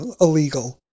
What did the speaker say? illegal